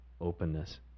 openness